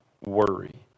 Worry